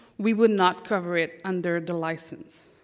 we would not cover it under the license.